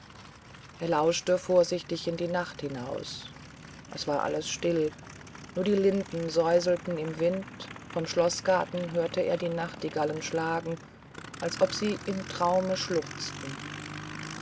er lauschte vorsichtig in die nacht hinaus es war alles still nur die linden säuselten im wind vom schloßgarten hörte er die nachtigallen schlagen als ob sie im traume schluchzten